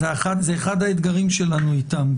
זה אחד האתגרים שלנו איתם.